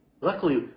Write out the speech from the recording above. luckily